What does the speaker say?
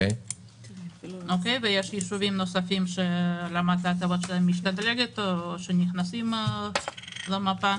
ויש ישובים נוספים שרמת ההטבות שלהם משתדרגת או שנכנסים למפה.